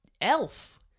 elf